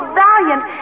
valiant